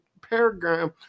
paragraph